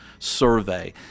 survey